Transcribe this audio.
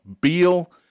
Beal